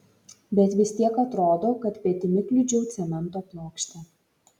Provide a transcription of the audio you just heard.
bet vis tiek atrodo kad petimi kliudžiau cemento plokštę